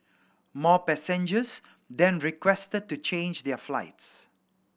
more passengers then requested to change their flights